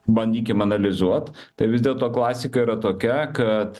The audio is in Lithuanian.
bandykime analizuot tai vis dėlto klasika yra tokia kad